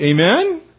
Amen